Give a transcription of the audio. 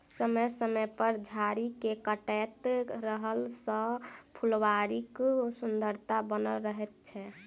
समय समय पर झाड़ी के काटैत रहला सॅ फूलबाड़ीक सुन्दरता बनल रहैत छै